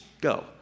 go